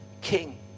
king